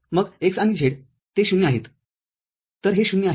मग x आणि z ते ० आहेत तर हे ० आहे